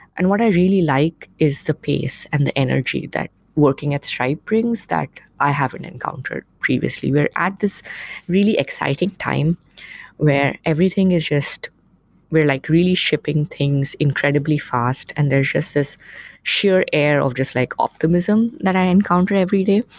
and what i really like is the pace and the energy that working at stripe brings that i haven't encountered previously. we're at this really exciting time where everything is just we're like really shipping things incredibly fast and there's just this sheer air of just like optimism that i encounter every day,